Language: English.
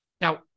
Now